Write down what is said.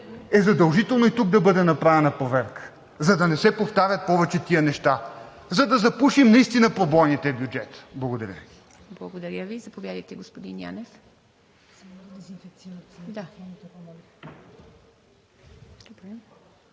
е задължително тук да бъде направена проверка, за да не се повтарят повече тези неща, за да се запушат наистина пробойните в бюджета. Благодаря Ви.